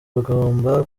rugomba